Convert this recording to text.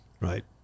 right